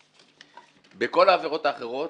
בכל העבירות האחרות,